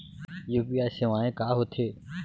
UPI सेवाएं का होथे